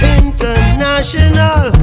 international